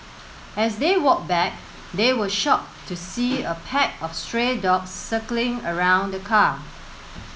as they walked back they were shocked to see a pack of stray dogs circling around the car